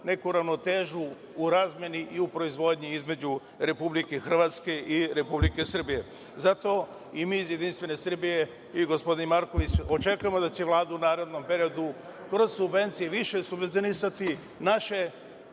neku ravnotežu u razmeni i u proizvodnji između Republike Hrvatske i Republike Srbije. Zato mi iz JS i gospodin Marković očekujemo da će Vlada u narednom periodu kroz subvencije više subvencionisati naše